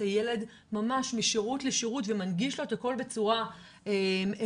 הילד משירות לשירות ומנגיש לו את הכול בצורה הרמטית,